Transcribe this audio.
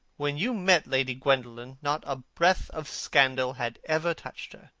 when you met lady gwendolen, not a breath of scandal had ever touched her.